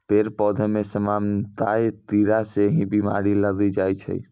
पेड़ पौधा मॅ सामान्यतया कीड़ा स ही बीमारी लागी जाय छै